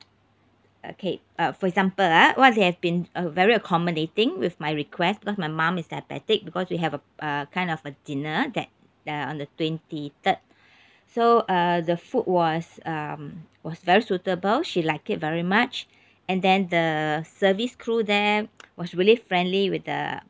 okay uh for example ah what he has been uh very accommodating with my request because my mum is diabetic because we have a uh kind of a dinner that uh on the twenty third so uh the food was um was very suitable she like it very much and then the service crew there was really friendly with the